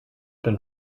been